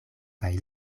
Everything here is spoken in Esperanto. kaj